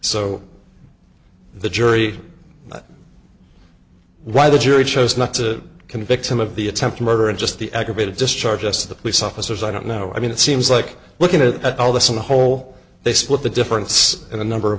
so the jury why the jury chose not to convict him of the attempted murder and just the aggravated discharge s the police officers i don't know i mean it seems like looking at all this in the hole they split the difference in a number of